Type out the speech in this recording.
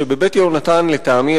שב"בית יהונתן" לטעמי,